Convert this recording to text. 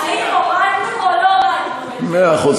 "האם הורדנו או לא הורדנו את זה?" מאה אחוז,